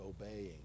obeying